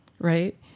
right